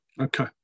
Okay